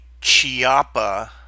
chiapa